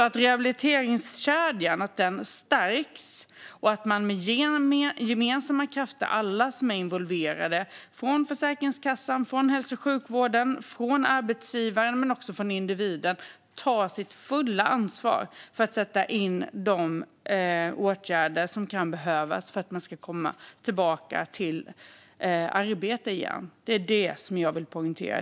Att rehabiliteringskedjan ska stärkas och att alla som är involverade - Försäkringskassan, hälso och sjukvården, arbetsgivaren och även individen - ska ta sitt fulla ansvar med gemensamma krafter för att sätta in de åtgärder som kan behövas för att individen ska komma tillbaka till arbete igen är det som jag vill poängtera.